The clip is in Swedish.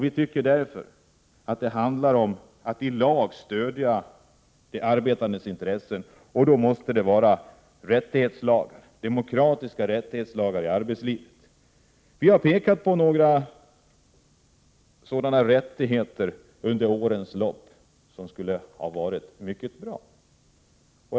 Vi tycker därför att det handlar om att i lag stödja den arbetandes intressen. Det måste då vara fråga om rättighetslagar, demokratiska rättighetslagar i arbetslivet. Vi har pekat på några sådana rättigheter under årens lopp som har varit mycket bra.